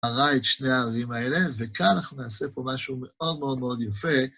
הראה את שני הערים האלה, וכאן אנחנו נעשה פה משהו מאוד מאוד מאוד יפה.